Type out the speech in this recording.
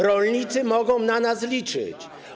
Rolnicy mogą na nas liczyć.